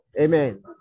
Amen